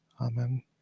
Amen